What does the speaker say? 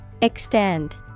Extend